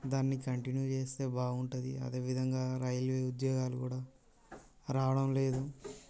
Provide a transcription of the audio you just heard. దాన్ని కంటిన్యూ చూస్తే బాగుంటుంది అదే విధంగా రైల్వే ఉద్యోగాలు కూడా రావడం లేదు